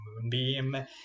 Moonbeam